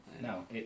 No